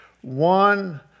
one